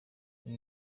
ibi